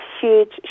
huge